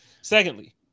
Secondly